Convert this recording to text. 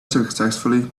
successfully